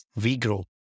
WeGrow